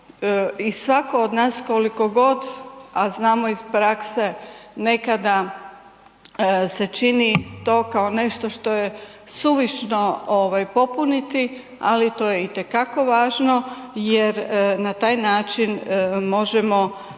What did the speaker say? i svako od nas koliko god, a znamo iz prakse nekada se čini to kao nešto što je suvišno popuniti, ali to je itekako važno jer na taj način možemo